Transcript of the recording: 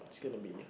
it's gonna be